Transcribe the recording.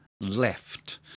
left